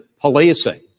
policing